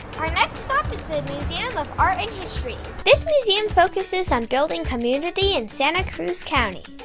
our next stop is the museum of art and history. this museum focuses on building community in santa cruz county.